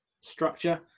structure